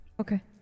Okay